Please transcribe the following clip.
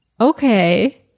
Okay